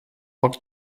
poc